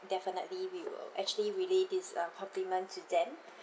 definitely we will actually relay this um compliment to them